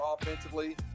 offensively